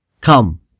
Come